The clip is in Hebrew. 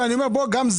אני מנהל ועדת